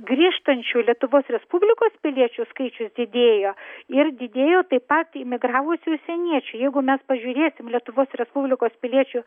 grįžtančių lietuvos respublikos piliečių skaičius didėjo ir didėjo taip pat imigravusių užsieniečių jeigu mes pažiūrėsim lietuvos respublikos piliečių